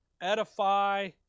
edify